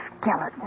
skeleton